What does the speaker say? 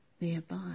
nearby